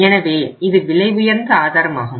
எனவே இது விலை உயர்ந்த ஆதாரமாகும்